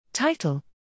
Title